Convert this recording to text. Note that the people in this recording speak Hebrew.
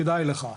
כדאי לך.